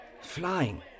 flying